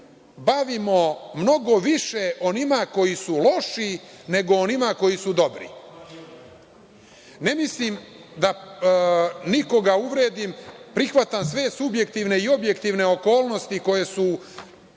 bavimo mnogo više onima koji su loši nego onim koji su dobri. Ne mislim da nikoga uvredim, prihvatam sve subjektivne i objektivne okolnosti koje su